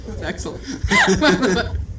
excellent